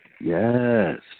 Yes